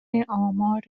آمار